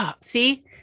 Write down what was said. See